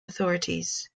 authorities